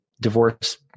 divorce